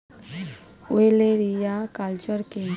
ওলেরিয়া কালচার কি?